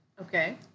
Okay